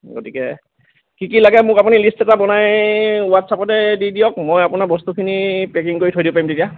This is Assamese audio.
গতিকে কি কি লাগে মোক আপুনি লিষ্ট এটা বনাই হোৱাটচএপতে দি দিয়ক মই আপোনাৰ বস্তুখিনি পেকিং কৰি থৈ দিব পাৰিম তেতিয়া